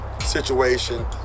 situation